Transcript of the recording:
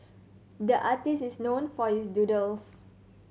the artist is known for his doodles